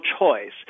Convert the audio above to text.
choice